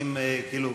עושים קול